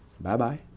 Bye-bye